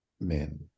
men